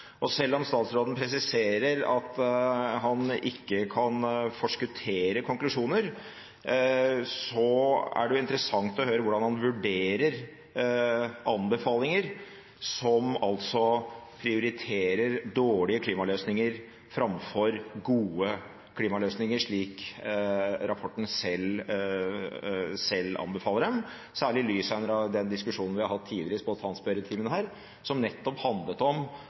og K4 Tunnel Moss–Horten. Selv om statsråden presiserer at han ikke kan forskuttere konklusjoner, er det interessant å få høre hvordan han vurderer anbefalinger som prioriterer dårlige klimaløsninger framfor gode klimaløsninger, slik rapporten selv anbefaler dem, særlig sett i lys av den diskusjonen vi har hatt her tidligere, i spontanspørretimen, som nettopp handlet om